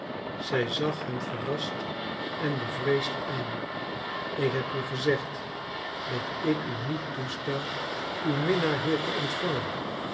zij zag hem verrast en bevreesd aan ik heb u gezegd dat ik u niet toesta uw minnaar hier te ontvangen